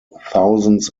thousands